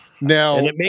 Now